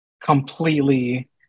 completely